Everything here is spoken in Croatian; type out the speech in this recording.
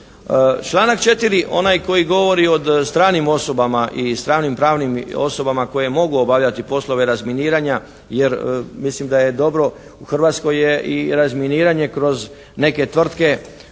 Članak 4. onaj koji govori o stranim osobama i stranim pravnim osobama koje mogu obavljati poslove razminiranja jer mislim da je dobro, u Hrvatskoj je i razminiranje kroz neke tvrtke